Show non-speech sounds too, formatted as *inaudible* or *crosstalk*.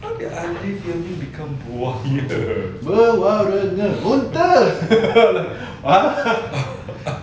how did alif become buaya *laughs*